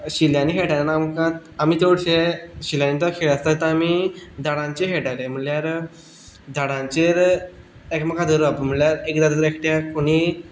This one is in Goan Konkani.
शिल्ल्यांनी खेळटाले तेन्ना आमी चडशे शिल्ल्यानी जो खेळ आसता तो आमी झाडांचेर खेळटाले म्हणल्यार झाडांचेर एकामेका धरप म्हणल्यार एकदा जर एकट्याक कोणी